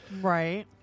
Right